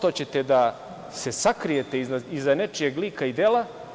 To što ćete da se sakrijete iza nečijeg lika i dela?